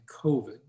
COVID